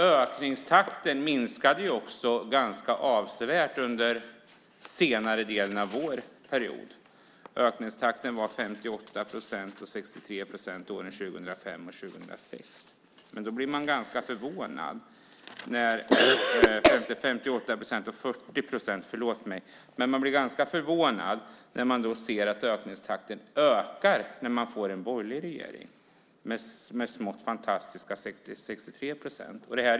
Ökningstakten minskade också avsevärt under senare delen av vår period. Ökningstakten var 58 procent och 40 procent åren 2005 och 2006. Men man blir ganska förvånad när man ser att ökningstakten ökar när man får en borgerlig regering, med smått fantastiska 63 procent.